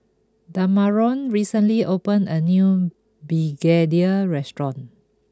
Damarion recently opened a new Begedil restaurant